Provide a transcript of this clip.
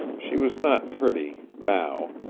she was not pretty now.